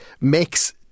makes